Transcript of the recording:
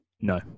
No